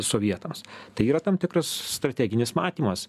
sovietams tai yra tam tikras strateginis matymas